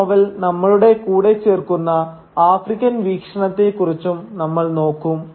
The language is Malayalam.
ഈ നോവൽ നമ്മളുടെ കൂടെ ചേർക്കുന്ന ആഫ്രിക്കൻ വീക്ഷണത്തെ കുറിച്ചും നമ്മൾ നോക്കും